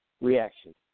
reaction